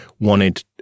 wanted